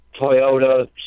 Toyota